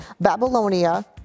Babylonia